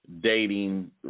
dating